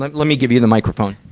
let, let me give you the microphone.